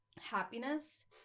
happiness